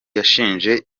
yashinje